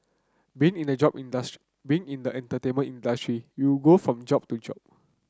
being in the job industry being in the entertainment industry you go from job to job